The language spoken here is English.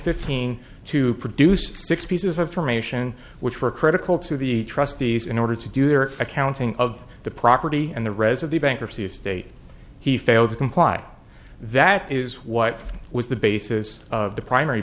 fifteen to produce six pieces of information which were critical to the trustees in order to do their accounting of the property and the rez of the bankruptcy estate he failed to comply that is what was the basis of the primary